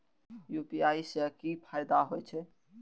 UPI से की फायदा हो छे?